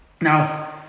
Now